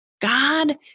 God